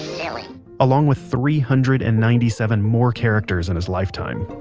along with three hundred and ninety seven more characters in his lifetime